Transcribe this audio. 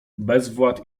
bezwład